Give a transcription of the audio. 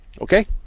Okay